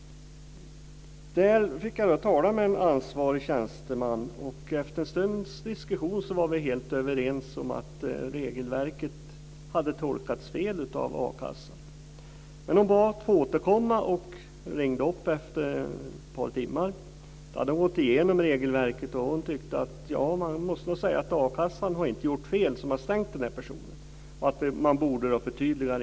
Där fick jag tala med en ansvarig tjänsteman. Efter en stunds diskussion var vi helt överens om att regelverket hade tolkats fel av a-kassan. Hon bad att få återkomma, och hon ringde upp efter ett par timmar. Då hade hon gått igenom regelverket, och hon tyckte att a-kassan inte hade gjort fel som hade stängt av personen och att regelverket borde förtydligas.